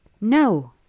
No